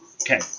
Okay